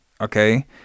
Okay